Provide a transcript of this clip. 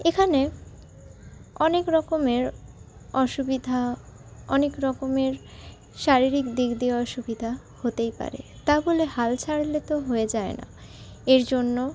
এখানে অনেক রকমের অসুবিধা অনেক রকমের শারীরিক দিক দিয়ে অসুবিধা হতেই পারে তা বলে হাল ছাড়লে তো হয়ে যায় না এর জন্য